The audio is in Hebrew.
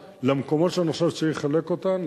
למקומות שאנחנו חושבים שצריך לחלק אותן.